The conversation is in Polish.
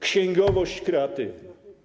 Księgowość kreatywna.